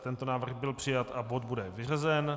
Tento návrh byl přijat a bod bude vyřazen.